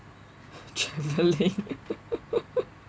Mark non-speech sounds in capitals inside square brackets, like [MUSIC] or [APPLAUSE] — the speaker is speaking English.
travelling [LAUGHS]